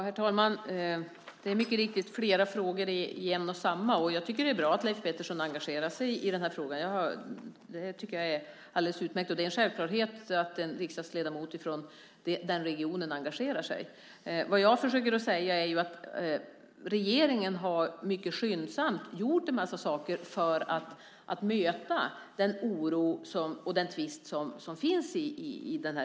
Herr talman! Det är mycket riktigt flera frågor i en och samma, och jag tycker att det är bra att Leif Pettersson engagerar sig i frågan. Det är alldeles utmärkt. Det är ju också en självklarhet att en riksdagsledamot från den regionen engagerar sig i detta. Vad jag försöker säga är att regeringen mycket skyndsamt gjort en mängd saker för att möta den oro och lösa den tvist som finns.